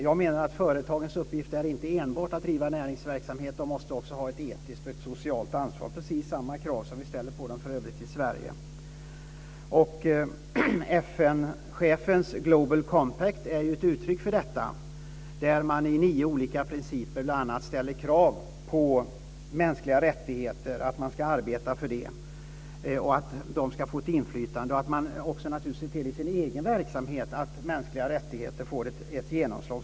Jag menar att företagens uppgift inte enbart är att driva näringsverksamhet, de måste också ha ett socialt och etiskt ansvar - precis samma krav som vi ställer på dem i Sverige. FN:s Global Compact är ju ett uttryck för detta där man i nio olika principer ställer krav på att man ska arbeta för mänskliga rättigheter, att man ska få inflytande samt att man i sin egen verksamhet ser till att mänskliga rättigheter får ett genomslag.